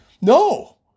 No